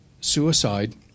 suicide